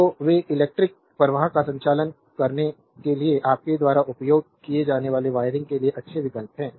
तो वे इलेक्ट्रिक प्रवाह का संचालन करने के लिए आपके द्वारा उपयोग किए जाने वाले वायरिंग के लिए अच्छे विकल्प हैं